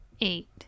eight